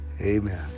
Amen